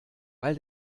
weil